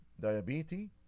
diabetes